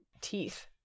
Teeth